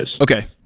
Okay